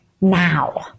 now